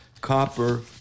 copper